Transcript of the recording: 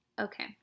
okay